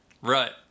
Right